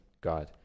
God